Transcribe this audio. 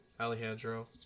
Alejandro